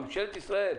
ממשלת ישראל,